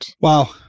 Wow